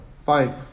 Fine